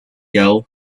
jauh